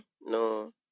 no